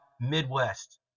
Midwest